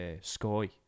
Sky